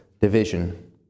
division